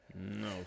No